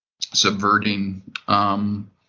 subverting